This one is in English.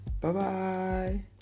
Bye-bye